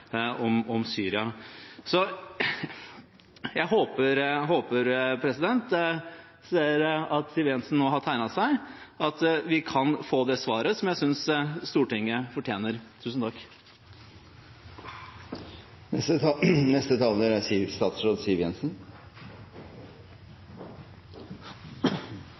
om Syria. Så jeg håper – jeg ser at Siv Jensen nå har tegnet seg – at vi kan få det svaret som jeg synes Stortinget fortjener. Det er